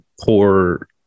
poor